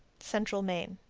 central maine.